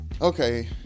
okay